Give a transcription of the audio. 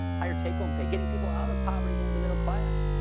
higher take-home pay getting people out of poverty, into the middle class.